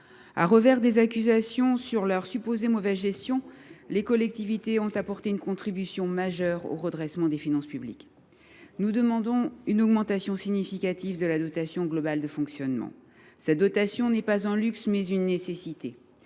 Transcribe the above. À rebours des accusations sur leur supposée mauvaise gestion, elles ont apporté une contribution majeure au redressement des finances publiques. Nous demandons une augmentation significative de la dotation globale de fonctionnement. Ce concours financier est non pas un luxe, mais une nécessité.